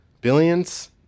billions